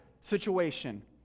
situation